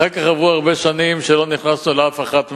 אחר כך עברו הרבה שנים שלא נכנסנו לאף אחת מהערים.